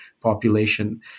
population